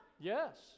Yes